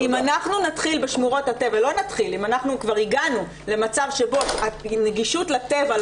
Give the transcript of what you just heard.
אם אנחנו כבר הגענו למצב שבו נגישות לטבע,